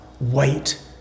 Wait